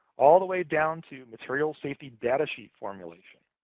all the way down to material safety data sheet formulation.